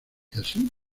así